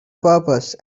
purpose